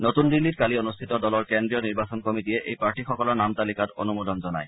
নতন দিল্লীত কালি অনুষ্ঠিত দলৰ কেন্দ্ৰীয় নিৰ্বাচনী কমিটীয়ে এই প্ৰাৰ্থীসকলৰ নাম তালিকাত অনুমোদন জনায়